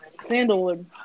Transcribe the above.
Sandalwood